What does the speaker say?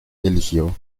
eligió